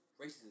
racism